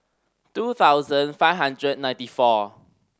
two thousand five hundred ninety four